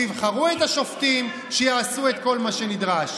שיבחרו את השופטים ושיעשו את כל מה שנדרש.